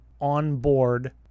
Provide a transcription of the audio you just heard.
onboard